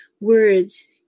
words